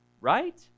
right